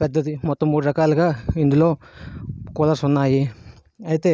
పెద్దది మొత్తం మూడు రకాలుగా ఇందులో కూలర్స్ ఉన్నాయి అయితే